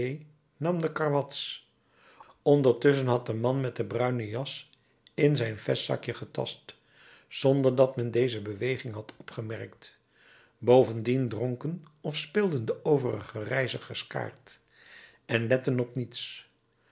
nam de karwats ondertusschen had de man met de bruine jas in zijn vestzakje getast zonder dat men deze beweging had opgemerkt bovendien dronken of speelden de overige reizigers kaart en letten op niets